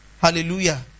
Hallelujah